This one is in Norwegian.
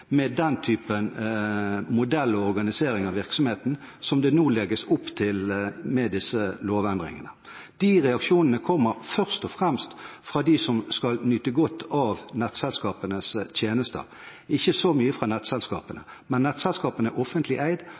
med den typen modell og organisering av virksomheten som det nå legges opp til med disse lovendringene. Disse reaksjonene kommer først og fremst fra dem som skal nyte godt av nettselskapenes tjenester, ikke så mye fra nettselskapene selv. Men nettselskapene er offentlig eid